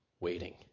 waiting